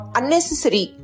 unnecessary